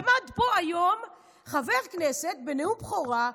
עמד פה היום חבר כנסת בנאום בכורה,